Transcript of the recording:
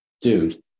dude